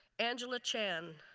angela chan,